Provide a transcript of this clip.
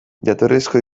jatorrizko